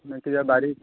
ना कित्याक